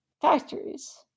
factories